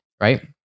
right